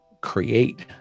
create